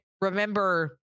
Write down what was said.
remember